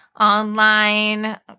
online